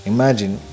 Imagine